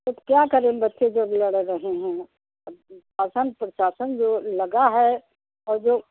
अब क्या करें बच्चे जब लड़ रहे हैं आसन प्रशासन जो लगा है और जो